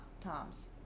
Tom's